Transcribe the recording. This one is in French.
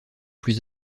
plus